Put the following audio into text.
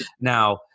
now